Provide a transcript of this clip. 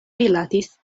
rilatis